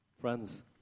Friends